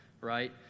right